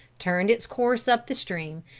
turned its course up the stream,